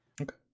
Okay